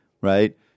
Right